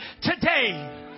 today